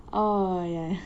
oh ya